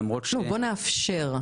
לא, בוא נאפשר.